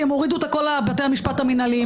כי הם הורידו את הכול לבתי המשפט המנהליים.